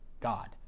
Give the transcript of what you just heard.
god